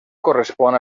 correspon